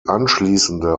anschließende